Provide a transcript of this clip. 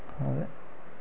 आं ते